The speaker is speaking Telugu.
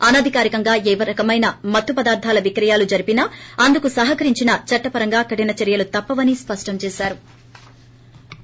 అనధికారికంగా ఏ రకమైన మత్తు పదార్ధాల విక్రయాలు జరిపినా అందుకు సహకరించినా చట్టపరంగా కఠిన చర్యలు తప్పవని స్పష్టం చేశారు